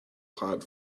hot